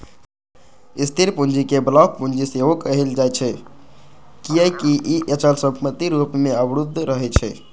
स्थिर पूंजी कें ब्लॉक पूंजी सेहो कहल जाइ छै, कियैकि ई अचल संपत्ति रूप मे अवरुद्ध रहै छै